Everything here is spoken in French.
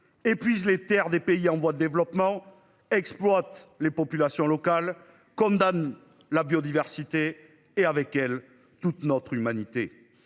épuisent les Terres des pays en voie de développement. Exploite les populations locales. Condamne la biodiversité et avec elle toute notre humanité.